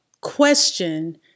question